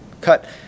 cut